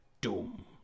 Doom